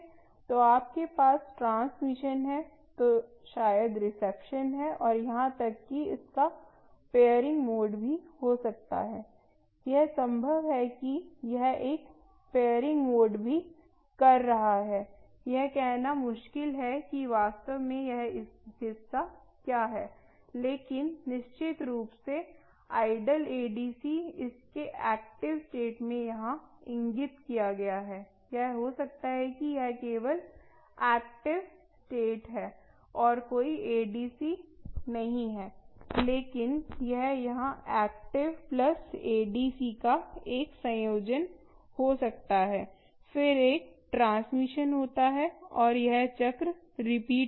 तो आपके पास ट्रांसमिशन है तो शायद रिसेप्शन है और यहां तक कि इसका पेयरिंग मोड भी हो सकता है यह संभव है कि यह एक पेयरिंग मोड भी कर रहा है यह कहना मुश्किल है कि वास्तव में यह हिस्सा क्या है लेकिन निश्चित रूप से आइडल एडीसी इसके एक्टिव स्टेट में यहां इंगित किया गया है यह हो सकता है कि यह केवल एक्टिव स्टेट है और कोई एडीसी नहीं है लेकिन यह यहां एक्टिव प्लस एडीसी का एक संयोजन हो सकता है फिर एक ट्रांसमिशन होता है और यह चक्र रिपीट होता है